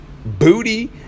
Booty